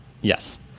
Yes